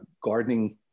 gardening